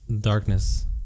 darkness